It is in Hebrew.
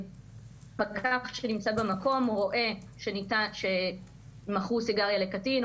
פקח שנמצא במקום רואה שמכרו סיגריה לקטין,